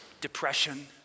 depression